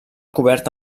cobert